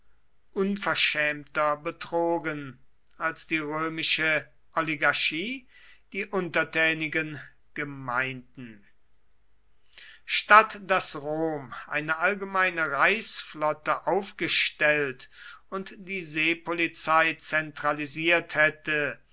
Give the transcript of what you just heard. unverschämter betrogen als die römische oligarchie die untertänigen gemeinden statt daß rom eine allgemeine reichsflotte aufgestellt und die seepolizei zentralisiert hätte